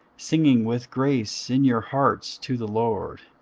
singing with grace in your hearts to the lord.